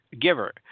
giver